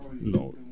no